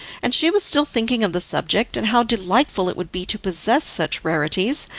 and she was still thinking of the subject, and how delightful it would be to possess such rarities,